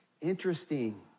Interesting